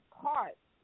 parts